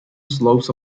slopes